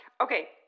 Okay